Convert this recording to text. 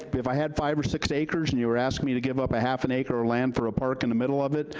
if i had five or six acres and you were asking me to give up half an acre of land for a park in the middle of it,